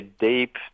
deep